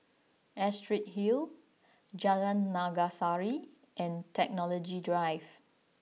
Astrid Hill Jalan Naga Sari and Technology Drive